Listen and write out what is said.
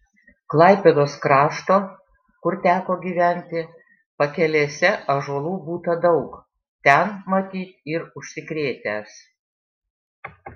klaipėdos krašto kur teko gyventi pakelėse ąžuolų būta daug ten matyt ir užsikrėtęs